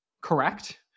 correct